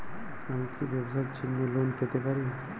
আমি কি ব্যবসার জন্য লোন পেতে পারি?